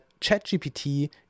ChatGPT